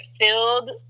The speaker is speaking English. filled